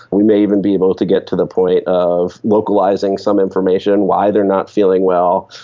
we may even be able to get to the point of localising some information, why they are not feeling well.